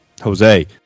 Jose